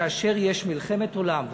כאשר יש מלחמת עולם,